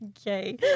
Okay